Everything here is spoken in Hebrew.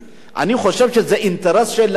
אני חושב שזה אינטרס שלהם,